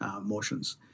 motions